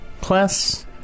class